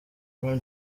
ryan